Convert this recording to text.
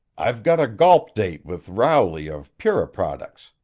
i've got a golp date with rowley of puriproducts,